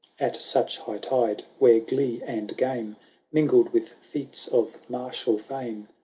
at such high tide, where glee and game mingled with feats of martial fame.